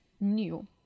new